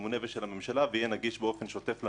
הממשלה ויהיה נגיש באופן שוטף לממונה